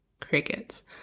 crickets